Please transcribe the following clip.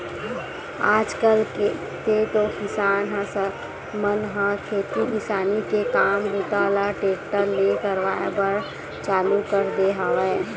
आज कल तो सबे किसान मन ह खेती किसानी के काम बूता ल टेक्टरे ले करवाए बर चालू कर दे हवय